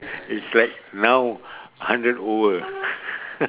it's like now hundred over